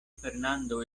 fernando